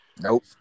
Nope